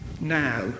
now